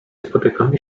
spotykamy